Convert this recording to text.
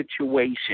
situation